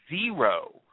zero